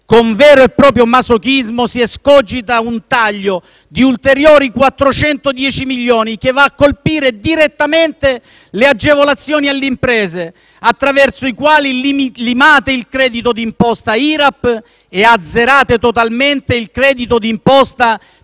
con vero e proprio masochismo si escogita un taglio di ulteriori 410 milioni che va a colpire direttamente le agevolazioni alle imprese, attraverso i quali limate il credito d'imposta IRAP e azzerate totalmente il credito di imposta per